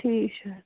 ٹھیٖک چھُ